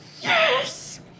Yes